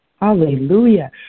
Hallelujah